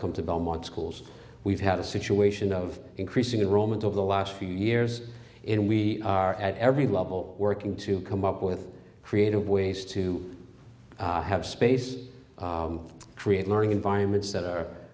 come to belmont schools we've had a situation of increasing the romans over the last few years and we are at every level working to come up with creative ways to have space create learning environments that are